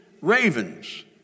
Ravens